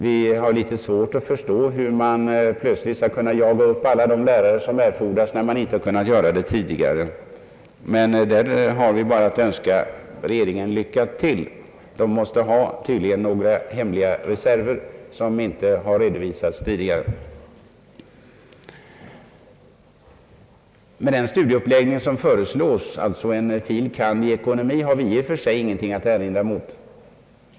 Vi har dock svårt att förstå hur man plötsligt skall kunna jaga upp alla de lärare som erfordras, när man inte kunnat göra det tidigare. Men där har vi bara att önska regeringen lycka till. Den måste tydligen ha några hemliga reserver som inte har redovisats tidigare. Den studieuppläggning som föreslås, dvs. en fil. kand. i ämnet ekonomi, har vi i och för sig ingenting att erinra emot.